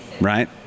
right